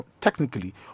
technically